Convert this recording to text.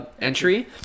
entry